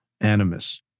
animus